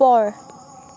ওপৰ